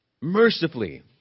mercifully